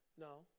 No